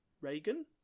Reagan